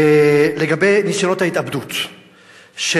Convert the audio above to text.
לגבי ניסיונות ההתאבדות של